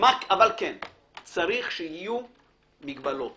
שיהיו מגבלות.